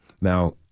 Now